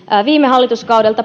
viime hallituskaudelta